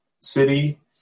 city